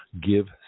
give